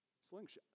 Slingshot